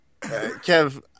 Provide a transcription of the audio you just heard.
Kev